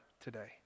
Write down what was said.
today